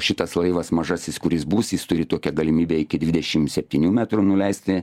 šitas laivas mažasis kuris bus jis turi tokią galimybę iki dvidešim eptynių metrų nuleisti